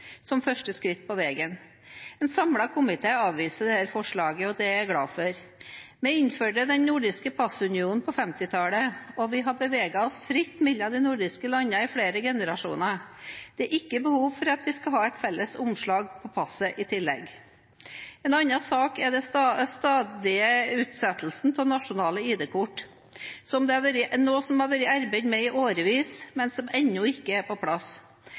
som første skritt på vegen. En samlet komité avviser forslaget, og det er jeg glad for. Vi innførte den nordiske passunionen på 1950-tallet. Vi har beveget oss fritt mellom de nordiske landene i flere generasjoner. Det er ikke behov for et felles omslag på passet i tillegg. En annen sak er den stadige utsettelsen av nasjonale ID-kort, som det har vært arbeidet med i årevis, men som ennå ikke er på plass.